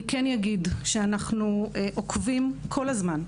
אנחנו עוקבים כל הזמן,